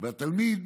והתלמיד